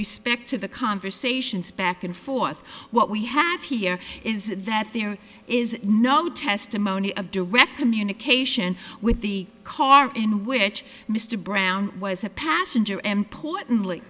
respect to the conversations back and forth what we have here is that there is no testimony of direct communication with the car in which mr brown was a passenger importantly